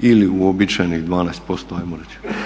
ili uobičajenih 12% ajmo reći.